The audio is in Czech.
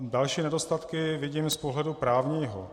Další nedostatky vidím z pohledu právního.